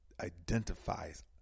identifies